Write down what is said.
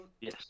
yes